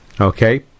Okay